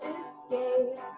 escape